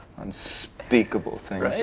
unspeakable things